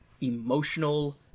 emotional